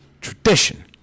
tradition